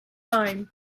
line